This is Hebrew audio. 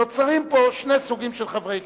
נוצרים פה שני סוגים של חברי כנסת.